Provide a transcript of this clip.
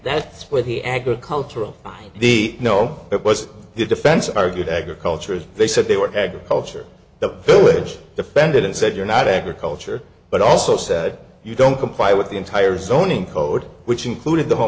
that's when he agricultural the no that was his defense argued agriculture as they said they were agriculture the village defended and said you're not agriculture but also said you don't comply with the entire zoning code which included the ho